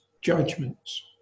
judgments